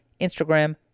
Instagram